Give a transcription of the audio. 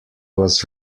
was